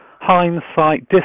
hindsight